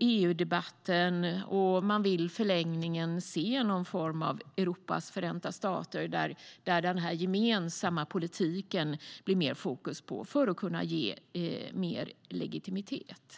EU-debatten. Man vill i förlängningen se någon form av Europas förenta stater där det blir mer fokus på den gemensamma politiken för att ge mer legitimitet.